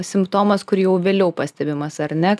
simptomas kurį jau vėliau pastebimas ar ne